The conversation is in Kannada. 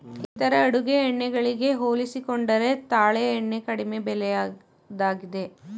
ಇತರ ಅಡುಗೆ ಎಣ್ಣೆ ಗಳಿಗೆ ಹೋಲಿಸಿಕೊಂಡರೆ ತಾಳೆ ಎಣ್ಣೆ ಕಡಿಮೆ ಬೆಲೆಯದ್ದಾಗಿದೆ